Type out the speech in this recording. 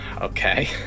Okay